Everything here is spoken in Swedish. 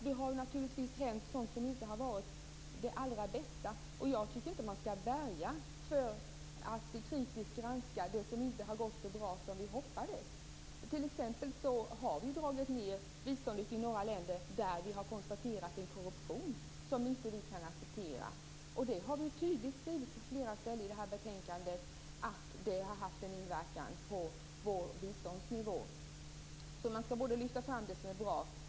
Det har naturligtvis hänt sådant som inte har varit det allra bästa. Jag tycker inte att man skall värja sig mot att kritiskt granska det som inte har gått så bra som vi hoppades. Vi har t.ex. dragit ned biståndet till några länder där vi har konstaterat en korruption som vi inte kan acceptera. Det står tydligt skrivet på flera ställen i betänkandet att detta har haft en inverkan på biståndsnivån. Man skall lyfta fram det som är bra.